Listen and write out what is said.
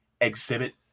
Exhibit